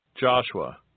Joshua